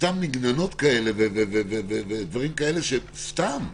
סתם מגננות כאלה ודברים שסתם.